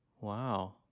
Wow